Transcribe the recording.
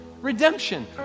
Redemption